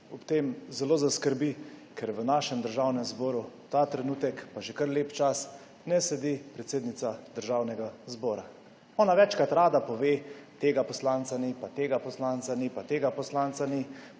ob tem zelo zaskrbi, ker v našem državnem zboru ta trenutek, pa že kar lep čas, ne sedi predsednica Državnega zbora. Ona večkrat rada pove, tega poslanca ni, pa tega poslanca, ni pa tega poslanca ni,